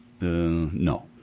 No